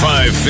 Five